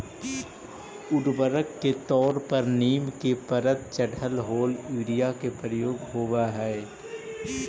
उर्वरक के तौर पर नीम के परत चढ़ल होल यूरिया के प्रयोग होवऽ हई